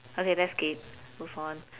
okay let's skip move on